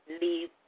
leave